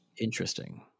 Interesting